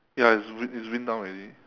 ya it's wind it's wind down already